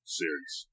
series